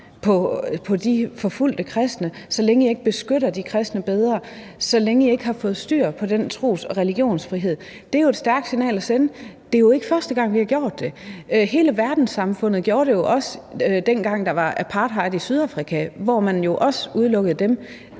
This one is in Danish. på de forfulgte kristne, så længe I ikke beskytter kristne bedre, og så længe I ikke har fået styr på det med tros- og religionsfrihed? Det er jo et stærkt signal at sende, og det er jo ikke første gang, vi har gjort det; hele verdenssamfundet gjorde det jo også, dengang der var apartheid i Sydafrika, hvor man jo også udelukkede dem.